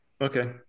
Okay